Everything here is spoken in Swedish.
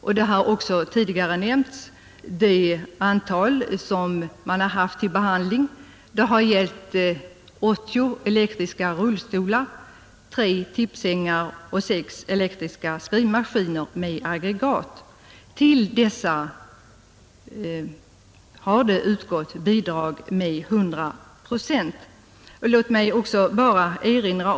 Under 1970 har Kungl. Maj:t godkänt det beslut som gäller 80 elektriska rullstolar, tre tippsängar och sex elektriska skrivmaskiner med aggregat. Till dessa hjälpmedel har det utgått bidrag med 100 procent av kostnaderna.